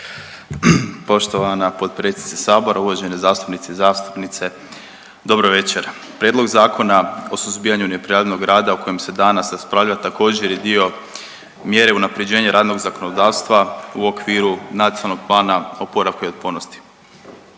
Poštovana potpredsjednice Sabora. Uvažene zastupnici i zastupnice, dobra večer. Prijedlog Zakona o suzbijanju neprijavljenog rada o kojem se danas raspravlja, također, je dio mjere unaprjeđenja radnog zakonodavstva u okviru Nacionalnog plana oporavka i otpornosti.